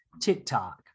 TikTok